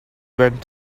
went